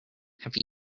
have